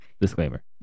Disclaimer